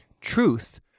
Truth